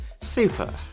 Super